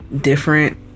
different